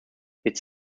jetzt